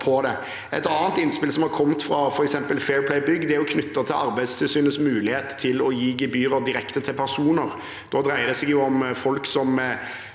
Et annet innspill, som har kommet fra f.eks. Fair Play Bygg, er knyttet til Arbeidstilsynets mulighet til å gi geby rer direkte til personer. Da dreier det seg om folk som